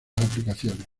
aplicaciones